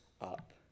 up